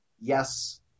yes